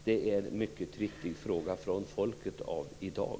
Det är en mycket viktig fråga från folket av i dag.